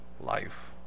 life